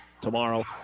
tomorrow